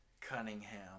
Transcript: Cunningham